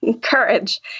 courage